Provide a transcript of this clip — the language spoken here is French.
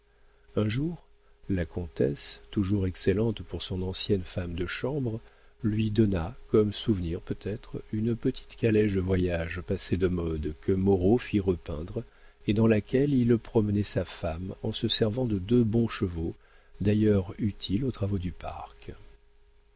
un jour la comtesse toujours excellente pour son ancienne femme de chambre lui donna comme souvenir peut-être une petite calèche de voyage passée de mode que moreau fit repeindre et dans laquelle il promenait sa femme en se servant de deux bons chevaux d'ailleurs utiles aux travaux du parc